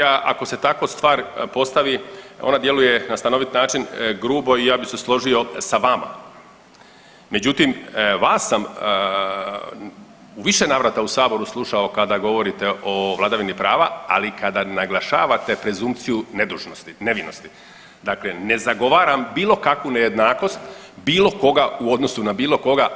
Ako se tako stvar postavi ona djeluje na stanovit način grubo i ja bi se složio sa vama, međutim vas sam u više navrata u saboru slušao kada govorite o vladavini prava, ali kada naglašavate prezumpciju nedužnosti, nevinosti, dakle ne zagovaram bilo kakvu nejednakost bilo koga u odnosu na bilo koga.